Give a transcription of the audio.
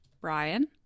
Brian